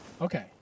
Okay